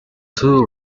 two